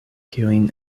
kiujn